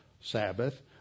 Sabbath